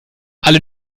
alle